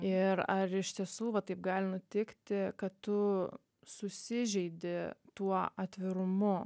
ir ar iš tiesų va taip gali nutikti kad tu susižeidi tuo atvirumu